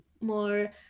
more